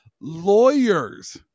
lawyers